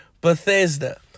Bethesda